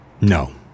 No